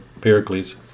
Pericles